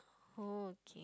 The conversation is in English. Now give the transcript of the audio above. oh K